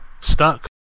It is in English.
stuck